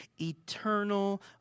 eternal